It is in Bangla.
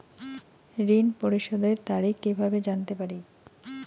ঋণ পরিশোধের তারিখ কিভাবে জানতে পারি?